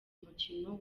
mukino